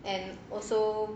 and also